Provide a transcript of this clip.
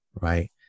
right